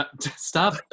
Stop